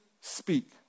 speak